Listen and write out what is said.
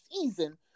season